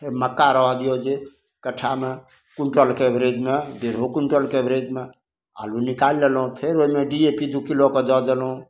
मक्का रहऽ दिऔ जे कट्ठामे क्विण्टलके एवरेजमे डेढ़ो क्विण्टलके एवरेजमे आलू निकालि लेलहुँ फेर ओहिमे डी ए पी दुइ किलो कऽ दऽ देलहुँ